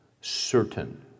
certain